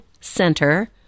center